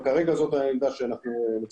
כרגע זאת העמדה שאנחנו מציגים.